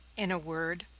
in a word,